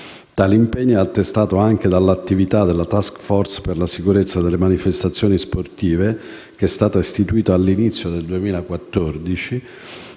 Tale impegno è attestato anche dall'attività della *task force* per la sicurezza delle manifestazioni sportive, istituita all'inizio del 2014